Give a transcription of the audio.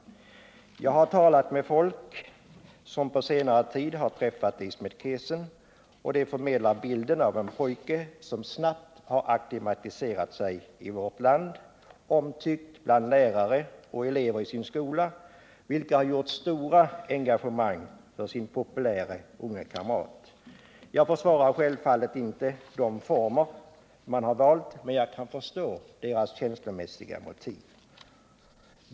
Jag har talat med människor som på senare tid har träffat Ismet Kesen. De förmedlar bilden av en pojke, som snabbt har acklimatiserat sig i vårt land. Han är omtyckt bland lärare och elever i sin skola, vilka har gjort engagerade insatser för sin populäre unge kamrat. Jag förstår självfallet inte de former som de har valt, men jag förstår deras känslomässiga motiv.